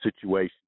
situation